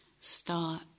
start